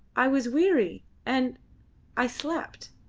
i was weary, and i slept,